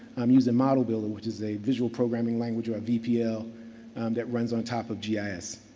um using model builder, which is a visual programming language or a vpl that runs on top of gis.